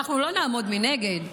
נעמוד מנגד,